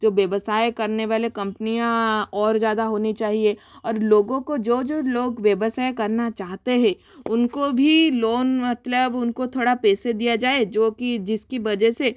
जो व्यवसाय करने वाले कम्पनियाँ और ज़्यादा होनी चाहिए और लोगों को जो जो लोग व्यवसाय करना चाहते हैं उनको भी लोन मतलब उनको थोड़ा पैसे दिया जाए जो कि जिसकी वजह से